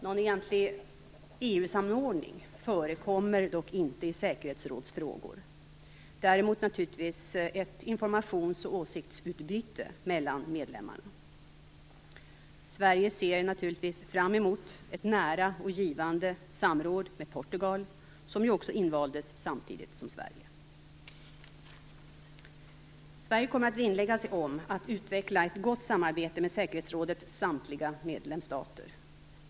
Någon egentlig EU samordning förekommer dock inte i säkerhetsrådsfrågor, däremot ett informations och åsiktsutbyte mellan medlemmarna. Sverige ser naturligtvis fram emot ett nära och givande samråd med Portugal som ju också invaldes samtidigt som Sverige. Sverige kommer att vinnlägga sig om att utveckla ett gott samarbete med säkerhetsrådets samtliga medlemsstater.